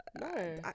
No